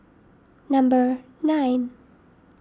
number nine